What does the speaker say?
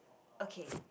okay